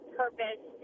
purpose